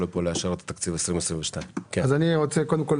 לפה לאשר את תקציב 2022. אני רוצה קודם כל